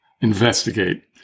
investigate